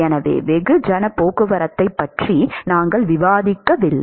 எனவே வெகுஜன போக்குவரத்தைப் பற்றி நாங்கள் விவாதிக்கவில்லை